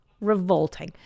revolting